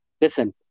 Listen